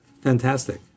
Fantastic